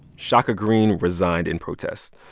shaka greene resigned in protest.